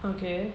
okay